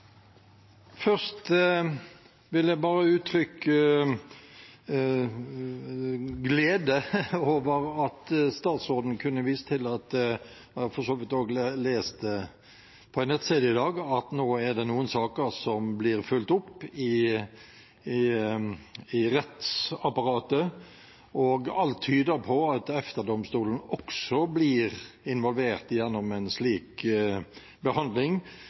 Først vil jeg bare uttrykke glede over at statsråden kunne vise til – og jeg har for så vidt lest det på en nettside i dag – at nå er det noen saker som blir fulgt opp i rettsapparatet, og alt tyder på at EFTA-domstolen også blir involvert gjennom en slik behandling,